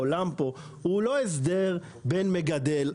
העולם פה הוא לא הסדר בין מגדל,